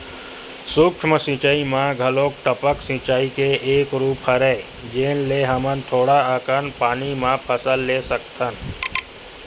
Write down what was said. सूक्ष्म सिचई म घलोक टपक सिचई के एक रूप हरय जेन ले हमन थोड़ा अकन पानी म फसल ले सकथन